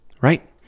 right